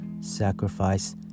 sacrifice